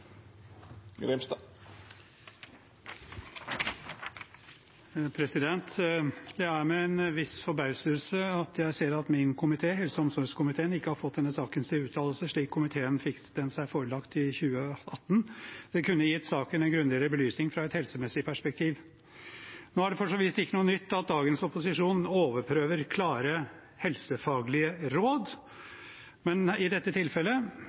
Det er med en viss forbauselse at jeg ser at min komité, helse- og omsorgskomiteen, ikke har fått denne saken til uttalelse, slik komiteen fikk seg den forelagt i 2018. Det kunne gitt saken en grundigere belysning fra et helsemessig perspektiv. Nå er det for så vidt ikke noe nytt at dagens opposisjon overprøver klare helsefaglige råd, men i dette tilfellet